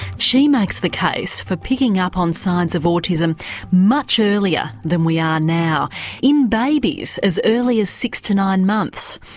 she makes the case for picking up on signs of autism much earlier than we are now in babies as early as six to nine months.